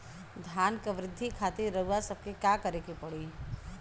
धान क वृद्धि खातिर रउआ सबके का करे के पड़ी?